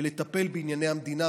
ולטפל בענייני המדינה.